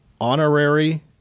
Honorary